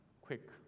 quick